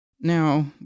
Now